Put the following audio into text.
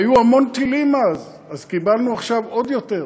והיו המון טילים אז, אז קיבלנו עכשיו עוד יותר.